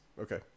Okay